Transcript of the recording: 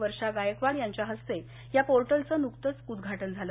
वर्षा गायकवाड यांच्या हस्ते या पोर्टलचं नुकतंच उद्घाटन झालं